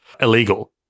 illegal